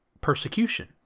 persecution